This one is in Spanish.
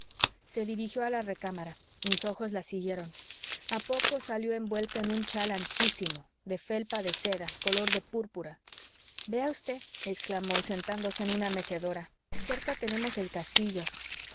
se dirigió a la recámara mis ojos la siguieron a poco salió envuelta en un chal anchísimo de felpa de seda color de púrpura vea usted exclamó sentándose en una mecedora cerca tenemos el castillo